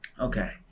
Okay